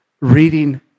reading